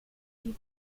eve